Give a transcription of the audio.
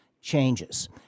changes